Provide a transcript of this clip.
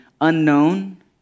unknown